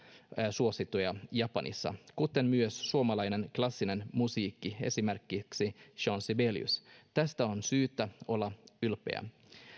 suosittua japanissa kuten myös suomalainen klassinen musiikki esimerkiksi jean sibelius tästä on syytä olla ylpeä